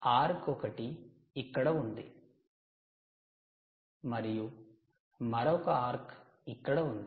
arc ఒకటి ఇక్కడ ఉంది మరియు మరొక ఆర్క్ ఇక్కడ ఉంది